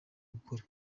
gukora